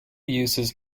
uses